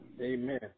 Amen